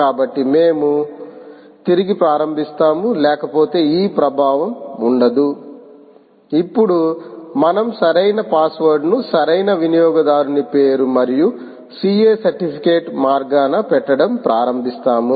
కాబట్టి మేము తిరిగి ప్రారంభిస్తాము లేకపోతే ఈ ప్రభావం ఉండదు ఇప్పుడు మనం సరైన పాస్వర్డ్ను సరైన వినియోగదారుని పేరు మరియు CA సర్టిఫికెట్ మార్గాన్న పెట్టడం ప్రారంభిస్తాము